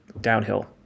downhill